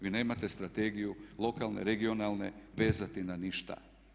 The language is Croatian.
Vi nemate strategiju lokalne, regionalne vezati na ništa.